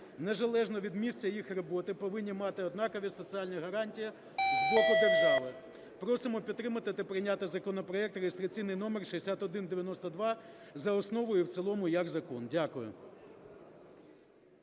незалежно від місця їх роботи, повинні мати однакові соціальні гарантії з боку держави. Просимо підтримати та прийняти законопроект (реєстраційний номер 6192) за основу і в цілому як закон. Дякую.